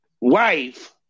wife